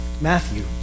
Matthew